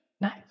Nice